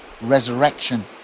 resurrection